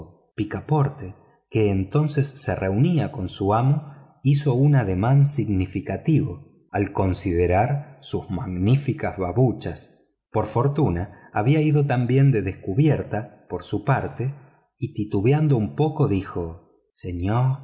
picaporte que entonces se reunía con su amo hizo un ademán significativo al considerar sus magníficas babuchas por fortuna había ido también de descubierta por su parte y titubeando un poco dijo señor